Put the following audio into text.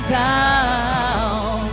down